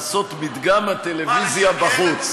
לעשות מדגם טלוויזיה בחוץ.